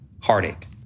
heartache